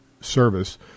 service